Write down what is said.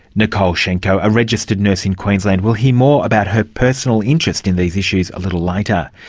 nicole shenko, a registered nurse in queensland. we'll hear more about her personal interest in these issues a little later.